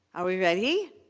are we ready?